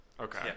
okay